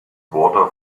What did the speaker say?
water